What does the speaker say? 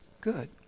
good